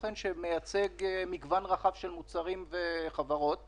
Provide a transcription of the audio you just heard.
לחו"ל אתם מכירים את ביטוח הנסיעות לחו"ל שהן מוכרות?